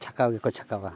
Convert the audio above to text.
ᱪᱷᱟᱠᱟᱣ ᱜᱮᱠᱚ ᱪᱷᱟᱠᱟᱣᱟ